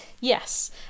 Yes